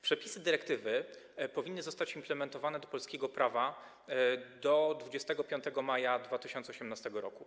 Przepisy dyrektywy powinny zostać implementowane do polskiego prawa do 25 maja 2018 r.